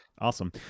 Awesome